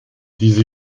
diese